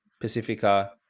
Pacifica